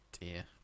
dear